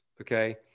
okay